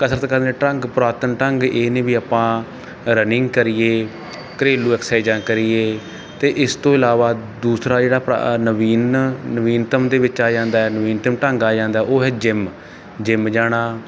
ਕਸਰਤ ਕਰਨ ਦੇ ਢੰਗ ਪੁਰਾਤਨ ਢੰਗ ਇਹ ਨੇ ਵੀ ਆਪਾਂ ਰਨਿੰਗ ਕਰੀਏ ਘਰੇਲੂ ਐਕਸਾਈਜਾਂ ਕਰੀਏ ਅਤੇ ਇਸ ਤੋਂ ਇਲਾਵਾ ਦੂਸਰਾ ਜਿਹੜਾ ਆਪਣਾ ਨਵੀਨ ਨਵੀਤਮ ਦੇ ਵਿੱਚ ਆ ਜਾਂਦਾ ਹੈ ਨਵੀਤਮ ਢੰਗ ਆ ਜਾਂਦਾ ਹੈ ਉਹ ਹੈ ਜਿਮ ਜਿਮ ਜਾਣਾ